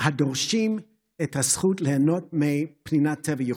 הדורשים את הזכות ליהנות מפנינת טבע ייחודית.